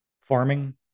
farming